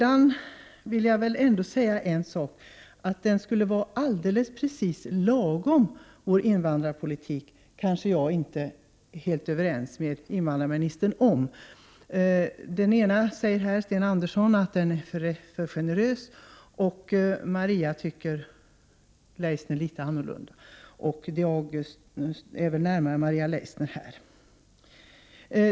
Att vår invandrarpolitik skulle vara precis ”lagom” är jag inte helt överens med invandrarministern om. Sten Andersson i Malmö säger att den är för generös, och Maria Leissner tycker litet annorlunda. Här står jag närmare Maria Leissner.